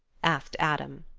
asked adam.